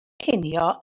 cinio